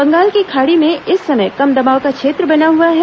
बंगाल की खाड़ी में इस समय कम दबाव का क्षेत्र बना हुआ है